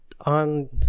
on